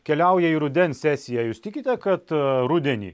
keliauja į rudens sesiją jūs tikite kad rudenį